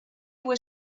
were